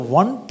one